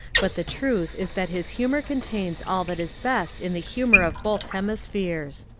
but the truth is that his humour contains all that is best in the humour of both hemispheres.